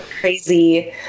crazy